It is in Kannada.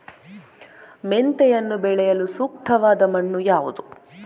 ಮೆಂತೆಯನ್ನು ಬೆಳೆಯಲು ಸೂಕ್ತವಾದ ಮಣ್ಣು ಯಾವುದು?